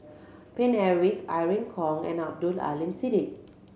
Paine Eric Irene Khong and Abdul Aleem Siddique